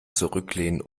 zurücklehnen